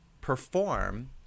perform